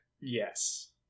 Yes